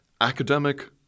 academic